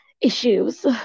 issues